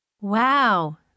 Wow